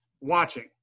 watching